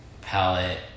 palette